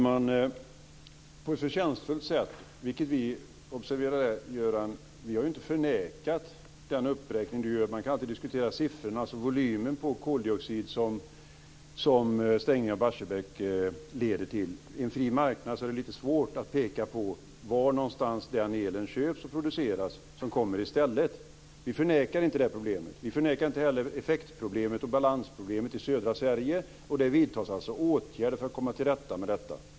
Fru talman! Göran Hägglund gör en förtjänstfull uppräkning - vilket vi inte förnekar. Det går alltid att diskutera siffrorna, dvs. volymen av koldioxid som stängningen av Barsebäck leder till. I en fri marknad är det lite svårt att peka på var någonstans den delen köps och produceras som kommer i stället. Vi förnekar inte det problemet. Vi förnekar inte heller effektoch balansproblemet i södra Sverige. Det vidtas åtgärder för att komma till rätta med detta.